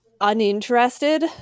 uninterested